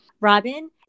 Robin